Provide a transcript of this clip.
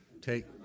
Take